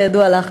כידוע לך.